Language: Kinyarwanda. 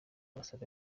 basaga